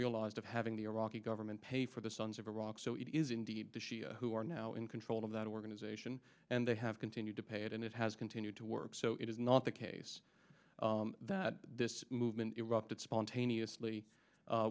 realized of having the iraqi government pay for the sons of iraq so it is indeed the shia who are now in control of that organization and they have continued to pay it and it has continued to work so it is not the case that this movement erupted spontaneously